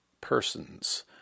persons